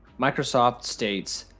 microsoft states,